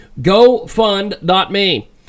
GoFund.me